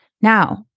Now